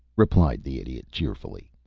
replied the idiot, cheerfully.